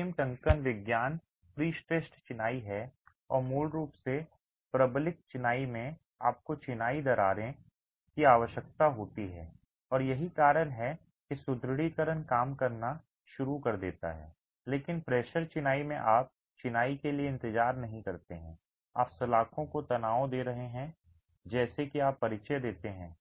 अंतिम टंकण विज्ञान प्रीस्ट्रैस्सड चिनाई है और मूल रूप से प्रबलित चिनाई में आपको चिनाई दरारें की आवश्यकता होती है और यही कारण है कि सुदृढीकरण काम करना शुरू कर देता है लेकिन प्रेशर चिनाई में आप चिनाई के लिए इंतजार नहीं करते हैं आप सलाखों को तनाव दे रहे हैं जैसे कि आप परिचय देते हैं